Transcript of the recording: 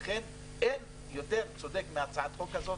לכן אין יותר צודק מהצעת החוק הזאת.